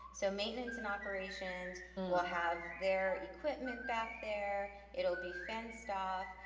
so maintenance and operations will have their equipment back there, it'll be fenced off.